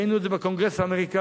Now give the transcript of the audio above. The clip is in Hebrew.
ראינו את זה בקונגרס האמריקני.